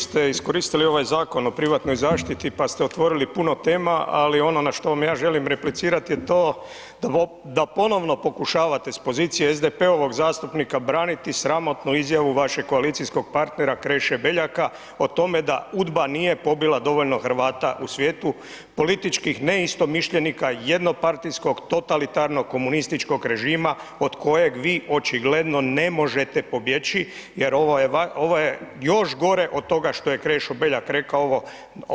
Kolega Maras, vi ste iskoristili ovaj Zakon o privatnoj zaštiti pa ste otvorili puno tema ali ono na što vam ja želim replicirati je to da ponovno pokušavate s pozicije SDP-ovog zastupnika braniti sramotnu izjavu vašeg koalicijskog partnera Kreše Beljaka o tome da UDBA nije pobila dovoljno Hrvata u svijetu, političkih neistomišljenika, jednopartijskog totalitarnog komunističkog režima od kojeg vi očigledno ne možete pobjeći jer ovo je još gore od toga što je Krešo Beljak rekao ovo,